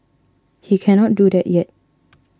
he cannot do that yet